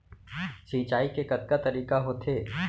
सिंचाई के कतका तरीक़ा होथे?